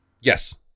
yes